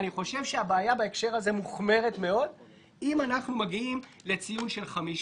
אני חושב שהבעיה בהקשר הזה מוחמרת מאוד אם אנחנו מגיעים לציון של 50